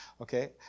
okay